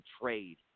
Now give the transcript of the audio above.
trade